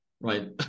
right